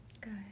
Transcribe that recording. Good